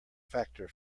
factor